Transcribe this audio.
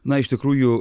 na iš tikrųjų